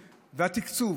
התקצוב,